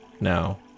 Now